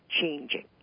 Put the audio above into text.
changing